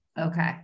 Okay